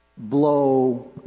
Blow